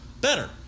better